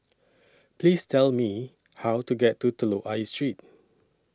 Please Tell Me How to get to Telok Ayer Street